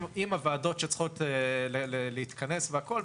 עם הוועדות שצריכות להתכנס והכול,